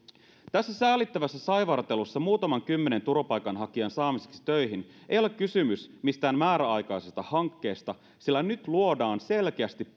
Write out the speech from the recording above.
tässä säälittävässä saivartelussa muutaman kymmenen turvapaikanhakijan saamiseksi töihin ei ole kysymys mistään määräaikaisesta hankkeesta sillä nyt luodaan selkeästi